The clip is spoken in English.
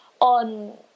on